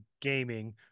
gaming